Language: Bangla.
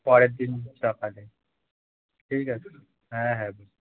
পরের দিন সকালে ঠিক আছে হ্যাঁ হ্যাঁ বুঝ